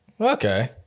Okay